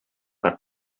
per